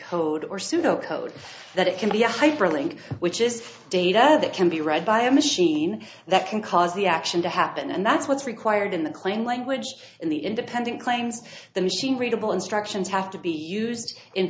code or pseudo code that it can be a hyperlink which is data that can be read by a machine that can cause the action to happen and that's what's required in the claim language in the independent claims the machine readable instructions have to be used in